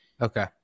Okay